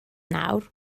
nawr